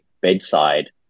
bedside